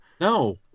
no